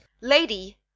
Lady